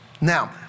Now